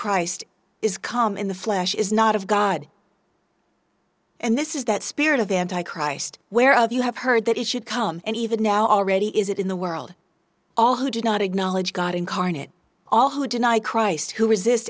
christ is come in the flesh is not of god and this is that spirit of the anti christ where of you have heard that it should come and even now already is it in the world all who do not acknowledge god incarnate all who deny christ who resist